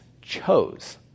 chose